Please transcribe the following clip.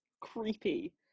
creepy